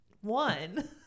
One